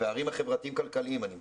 הפערים החברתיים כלכליים, אני מדבר,